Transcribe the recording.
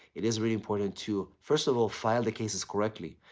it is really important to, first of all, file the cases correctly,